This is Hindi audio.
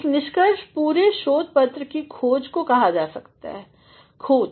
एक निष्कर्ष पूरे शोध पत्र की खोज को कहा जा सकते खोज